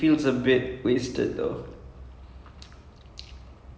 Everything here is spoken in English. I mean but all three actors are not bad like millie bobby brown can act